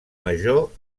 major